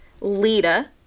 Lita